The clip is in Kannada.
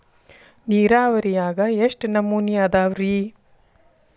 ನೇರಾವರಿಯಾಗ ಎಷ್ಟ ನಮೂನಿ ಅದಾವ್ರೇ?